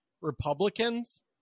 Republicans